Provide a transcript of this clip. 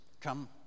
come